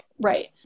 right